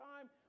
time